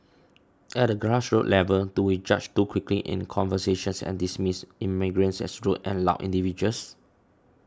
at the grassroots level do we judge too quickly in conversations and dismiss immigrants as rude and loud individuals